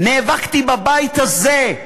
נאבקתי בבית הזה,